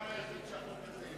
הדבר היחיד, זה הטיעון הזה.